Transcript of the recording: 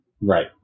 Right